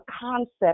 concept